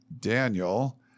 Daniel